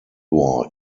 war